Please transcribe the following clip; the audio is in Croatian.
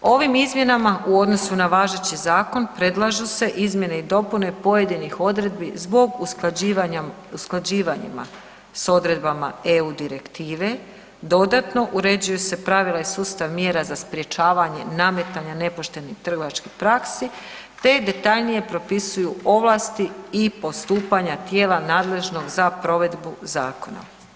Ovim izmjenama u odnosu na važeći zakon, predlažu se izmjene i dopune pojedinih odredbi zbog usklađivanjima s odredbama EU direktive, dodatno, uređuju se pravila i sustav mjera za sprječavanje nametanja nepoštenih trgovačkih praksi te detaljnije propisuju ovlasti i postupanja tijela nadležnog za provedbu zakona.